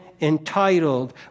entitled